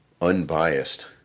unbiased